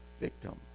victim